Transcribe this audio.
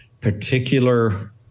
particular